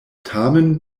tamen